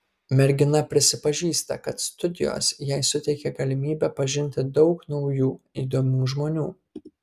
mergina prisipažįsta kad studijos jai suteikė galimybę pažinti daug naujų įdomių žmonių